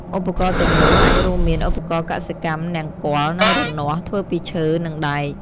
ឧបករណ៍ទាំងនោះអាចរួមមាន ឧបករណ៍កសិកម្មនង្គ័ល និងរនាស់ ធ្វើពីឈើ និងដែក។